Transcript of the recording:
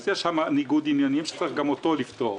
יש ניגוד עניינים שצריך גם אותו לפתור.